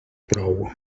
prou